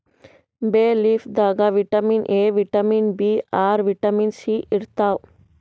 ಬೇ ಲೀಫ್ ದಾಗ್ vitamin A, vitamin B ಆರ್, ವಿಟಮಿನ್ ಸಿ ಇರ್ತವ್